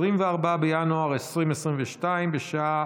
24 בינואר 2022, בשעה